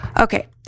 Okay